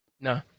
No